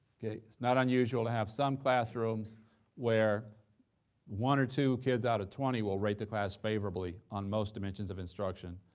okay, it's not unusual to have some classrooms where one or two kids out of twenty will rate the class favorably on most dimensions of instruction,